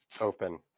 open